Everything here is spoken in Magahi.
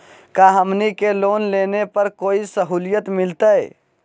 का हमनी के लोन लेने पर कोई साहुलियत मिलतइ?